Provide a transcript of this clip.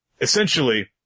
Essentially